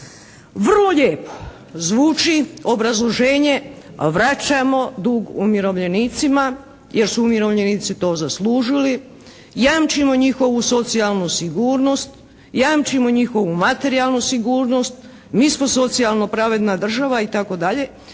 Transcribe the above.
Vrlo lijepo zvuči obrazloženje vraćamo dug umirovljenicima jer su umirovljenici to zaslužili. Jamčimo njihovu socijalnu sigurnost, jamčimo njihovu materijalnu sigurnost, mi smo socijalno pravedna država itd.